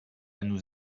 nous